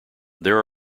there